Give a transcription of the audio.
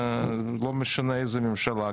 לא משנה איזה ממשלה,